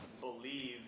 Believe